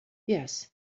yes